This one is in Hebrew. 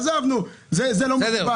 עזוב, זה לא מכובד.